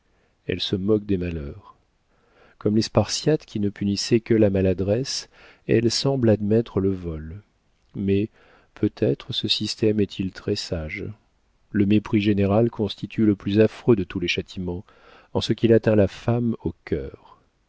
elle se moque des malheurs comme les spartiates qui ne punissaient que la maladresse elle semble admettre le vol mais peut-être ce système est-il très-sage le mépris général constitue le plus affreux de tous les châtiments en ce qu'il atteint la femme au cœur